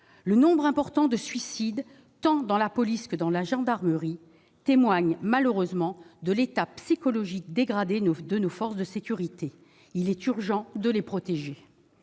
Le nombre important de suicides, tant dans la police que dans la gendarmerie, témoigne malheureusement de l'état psychologique dégradé de nos forces de sécurité, qu'il est urgent de protéger.